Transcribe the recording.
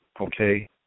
Okay